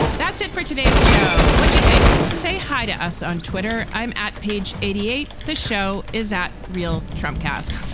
that's it for today's show. what do you think? say hi to us on twitter. i'm at page eighty eight. the show. is that real? trump cast.